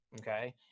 Okay